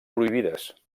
prohibides